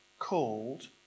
called